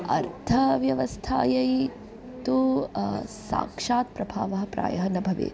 अर्थाव्यवस्थायै तु साक्षात् प्रभावः प्रायः न भवेत्